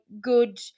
good